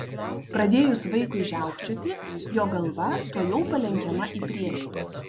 pradėjus vaikui žiaukčioti jo galva tuojau palenkiama į priekį